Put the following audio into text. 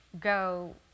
go